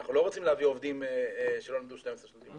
אנחנו לא רוצים להביא עובדים שלא למדו 12 שנות לימוד.